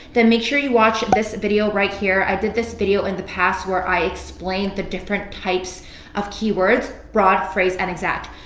then make sure you watch this video right here. i did this video in the past where i explain the different types of keywords, broad, phrase and exact.